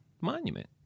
monument